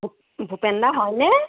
ভূপেন দা হয়নে